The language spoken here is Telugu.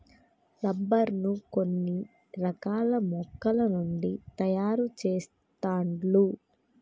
రబ్బర్ ను కొన్ని రకాల మొక్కల నుండి తాయారు చెస్తాండ్లు